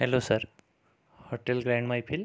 hello sir hotel grand Mehfil